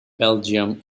belgium